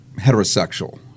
heterosexual